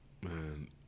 Man